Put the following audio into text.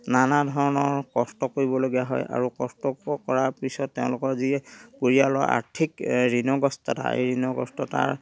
নানাধৰণৰ কষ্ট কৰিবলগীয়া হয় আৰু কষ্ট কৰাৰ পিছত তেওঁলোকৰ যি পৰিয়ালৰ আৰ্থিক ঋণগ্ৰস্ততা এই ঋণগ্ৰস্ততাৰ